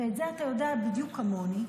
ואת זה אתה יודע בדיוק כמוני,